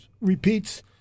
repeats